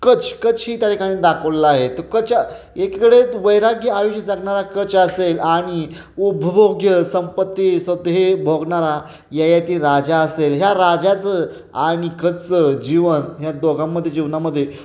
कच् कच् ही त्या ठिकाणी दाखवलेला आहे तर कच एकीकडे वैराग्य आयुष्य जगणारा कच असेल आणि उपभोग्य संपत्ती शब्द हे भोगणारा ययाती राजा असेल ह्या राजाचं आणि कचचं जीवन ह्या दोघांमध्ये जीवनामध्ये